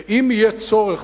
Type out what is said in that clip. ואם יהיה צורך,